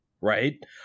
right